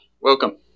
Welcome